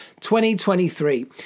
2023